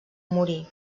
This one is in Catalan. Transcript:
morí